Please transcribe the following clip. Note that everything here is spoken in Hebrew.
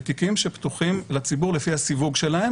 בתיקים שפתוחים לציבור לפי הסיווג שלהם